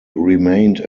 remained